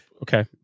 Okay